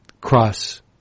cross